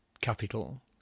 capital